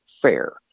fair